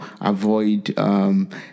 avoid